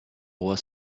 was